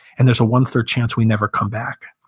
and there's a one-third chance we never come back.